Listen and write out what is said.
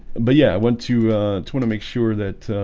but yeah, i want to to want to make sure that